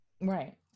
right